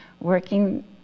working